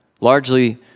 Largely